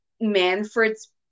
Manfred's